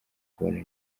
kubona